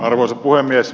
arvoisa puhemies